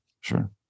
sure